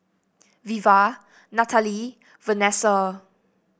Veva Natalee Vanessa